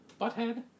butthead